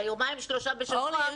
על היומיים-שלושה בשבוע.